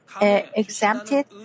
exempted